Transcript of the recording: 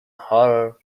horror